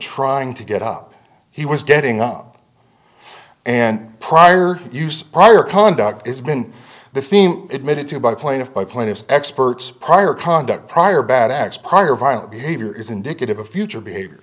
trying to get up he was getting up and prior use prior conduct it's been the theme admitted to by point of by plenty of experts prior conduct prior bad acts prior violent behavior is indicative of future behavior